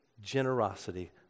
generosity